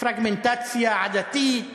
תטיף